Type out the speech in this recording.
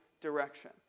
direction